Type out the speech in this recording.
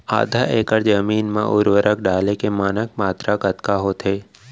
आधा एकड़ जमीन मा उर्वरक डाले के मानक मात्रा कतका होथे?